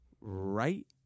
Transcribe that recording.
Right